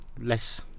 less